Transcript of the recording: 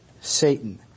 Satan